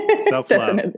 Self-love